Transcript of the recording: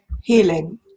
healing